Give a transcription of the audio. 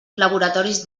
laboratoris